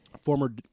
Former